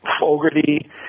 Fogarty